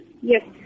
Yes